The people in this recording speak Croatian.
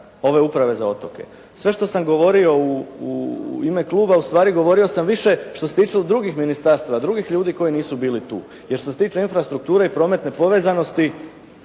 ove Uprave za otoke. Sve što sam govorio u ime kluba, ustvari govorio sam više što se tiče drugih ministarstava, drugih ljudi koji nisu bili tu, jer što se tiče infrastrukture i prometne povezanosti